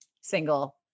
single